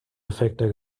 defekter